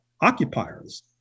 occupiers